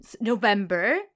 November